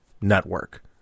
network